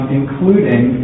including